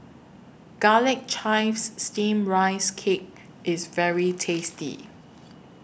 Garlic Chives Steamed Rice Cake IS very tasty